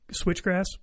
switchgrass